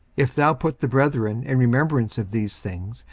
if thou put the brethren in remembrance of these things,